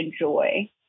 enjoy